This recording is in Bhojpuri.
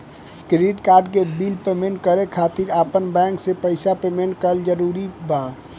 क्रेडिट कार्ड के बिल पेमेंट करे खातिर आपन बैंक से पईसा पेमेंट करल जरूरी बा?